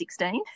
2016